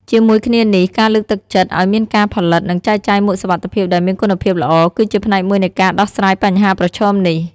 ជាមួយគ្នានេះ ការលើកទឹកចិត្តឱ្យមានការផលិត និងចែកចាយមួកសុវត្ថិភាពដែលមានគុណភាពល្អ គឺជាផ្នែកមួយនៃការដោះស្រាយបញ្ហាប្រឈមនេះ។